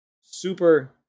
Super